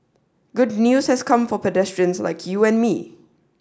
good news has come for pedestrians like you and me